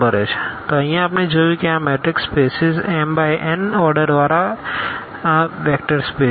તો અહિયાં આપણે જોયું કે આ મેટ્રિક્સ સ્પેસીસ m×nઓર્ડર વારા પણ વેક્ટર સ્પેસ છે